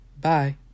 Bye